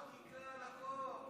על חקיקה, על הכול.